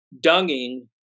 dunging